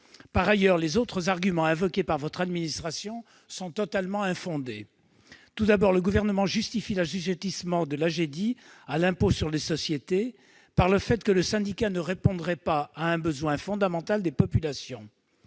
Par ailleurs, les autres arguments invoqués par l'administration sont totalement infondés. Tout d'abord, le Gouvernement justifie l'assujettissement de l'Agedi à l'impôt sur les sociétés par le fait que le syndicat ne répondrait pas à un besoin fondamental des populations.